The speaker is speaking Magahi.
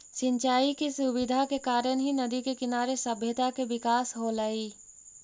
सिंचाई के सुविधा के कारण ही नदि के किनारे सभ्यता के विकास होलइ